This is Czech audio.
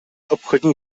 obchodní